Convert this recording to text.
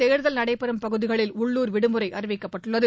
தேர்தல் நடைபெறும் பகுதிகளில் உள்ளுர் விடுமுறை அறிவிக்கப்பட்டுள்ளது